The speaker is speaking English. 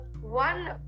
one